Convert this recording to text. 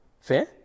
Fair